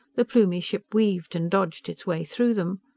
the plumie ship weaved and dodged its way through them.